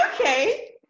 Okay